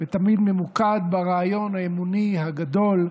ותמיד ממוקד ברעיון האמוני הגדול,